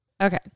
Okay